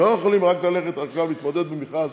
הם לא יכולים ללכת עכשיו להתמודד רק במכרז